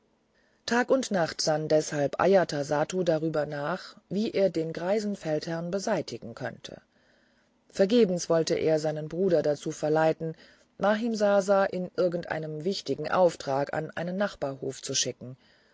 tag und nacht sann deshalb ajatasattu darüber nach wie er den greisen feldherrn beseitigen könnte vergebens wollte er seinen bruder dazu verleiten mahimsasa in irgendeinem wichtigen auftrag an einen nachbarhof zu schicken